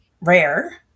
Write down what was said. rare